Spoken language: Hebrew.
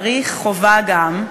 צריך וחובה גם,